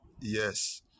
Yes